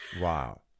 Wow